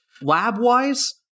Lab-wise